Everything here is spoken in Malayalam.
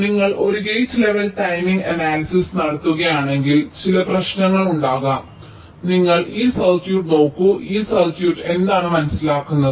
അതിനാൽ നിങ്ങൾ ഒരു ഗേറ്റ് ലെവൽ ടൈമിംഗ് അനാലിസിസ് നടത്തുകയാണെങ്കിൽ ചില പ്രശ്നങ്ങൾ ഉണ്ടാകാം നിങ്ങൾ ഈ സർക്യൂട്ട് നോക്കൂ ഈ സർക്യൂട്ട് എന്താണ് മനസ്സിലാക്കുന്നത്